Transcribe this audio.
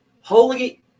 Holy